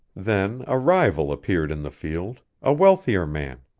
then a rival appeared in the field, a wealthier man.